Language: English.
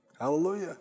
Hallelujah